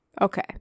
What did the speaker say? Okay